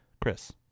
Chris